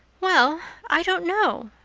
well, i don't know.